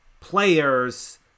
players